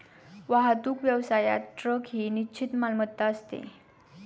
वाहतूक व्यवसायात ट्रक ही निश्चित मालमत्ता असते